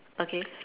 okay